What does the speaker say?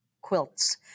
Quilts